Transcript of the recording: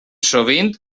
sovint